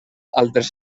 altres